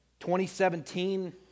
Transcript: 2017